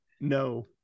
No